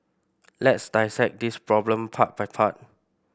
let's dissect this problem part by part